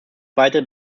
weitere